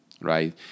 right